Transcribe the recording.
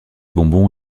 bonbon